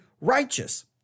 righteous